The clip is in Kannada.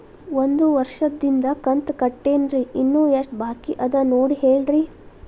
ಒಂದು ವರ್ಷದಿಂದ ಕಂತ ಕಟ್ಟೇನ್ರಿ ಇನ್ನು ಎಷ್ಟ ಬಾಕಿ ಅದ ನೋಡಿ ಹೇಳ್ರಿ